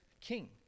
king